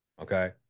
Okay